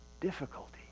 difficulty